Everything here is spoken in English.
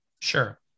Sure